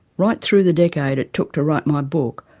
right through the decade it took to write my book,